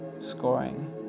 scoring